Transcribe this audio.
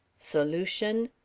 solution,